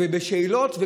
ובשאלות,